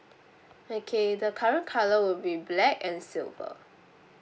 okay the current colour would be black and silver